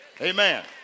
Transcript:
amen